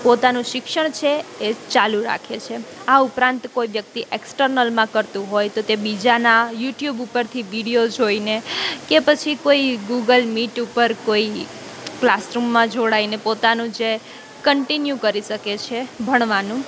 પોતાનું શિક્ષણ છે એ ચાલુ રાખે છે આ ઉપરાંત કોઈ વ્યક્તિ એક્સટર્નલમાં કરતું હોય તે બીજાનાં યુટ્યુબ ઉપરથી વિડીયો જોઈને કે પછી કોઈ ગૂગલ મીટ ઉપર કોઈ ક્લાસરૂમમાં જોડાઈને પોતાનું જે કન્ટીન્યુ કરી શકે છે ભણવાનું